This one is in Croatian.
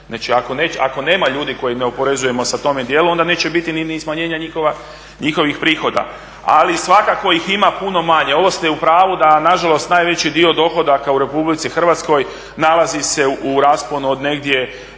ako nema ljudi koje oporezujemo sa tome dijelu, onda neće biti ni smanjenja njihovih prihoda. Ali svakako ih ima puno manje. Ovo ste u pravu da na žalost najveći dio dohodaka u Republici Hrvatskoj nalazi se u rasponu od negdje